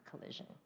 collision